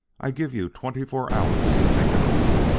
i give you twenty-four hours to think it over.